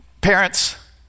Parents